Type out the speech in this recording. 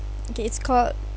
okay it's called